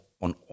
on